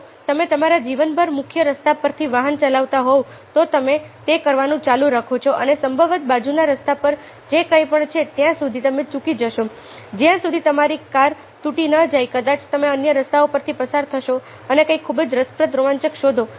જો તમે તમારા જીવનભર મુખ્ય રસ્તા પરથી વાહન ચલાવતા હોવ તો તમે તે કરવાનું ચાલુ રાખો છો અને સંભવતઃ બાજુના રસ્તાઓ પર જે કંઈપણ છે ત્યાં સુધી તમે ચૂકી જશો જ્યાં સુધી તમારી કાર તૂટી ન જાય કદાચ તમે અન્ય રસ્તાઓ પરથી પસાર થશો અને કંઈક ખૂબ જ રસપ્રદ રોમાંચક શોધો